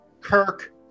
Kirk